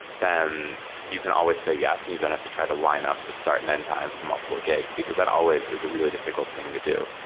then you can always say yes and you don't have to try to line up the start and end times with multiple gigs, because that always is a really difficult thing to do.